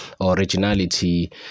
originality